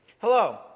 Hello